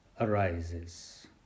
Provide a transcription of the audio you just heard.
arises